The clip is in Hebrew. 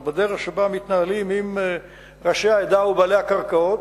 בדרך שבה מתנהלים עם ראשי העדה או בעלי הקרקעות,